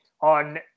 on